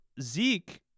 Zeke